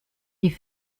die